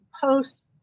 post